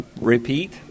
repeat